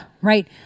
right